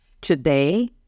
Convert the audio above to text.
Today